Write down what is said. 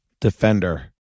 Defender